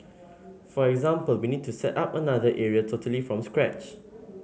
for example we need to set up another area totally from scratch